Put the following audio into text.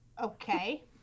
Okay